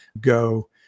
go